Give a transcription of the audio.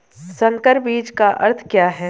संकर बीज का अर्थ क्या है?